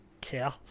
care